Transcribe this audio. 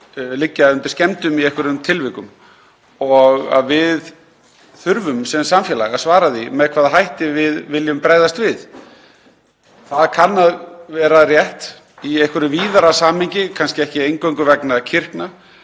liggja undir skemmdum í einhverjum tilvikum og við þurfum sem samfélag að svara því með hvaða hætti við viljum bregðast við. Það kann að vera rétt í einhverju víðara samhengi, kannski ekki eingöngu vegna kirkna,